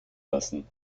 lassen